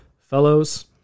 Fellows